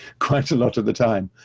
quite a lot at the time.